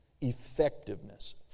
effectiveness